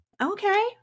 Okay